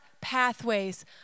pathways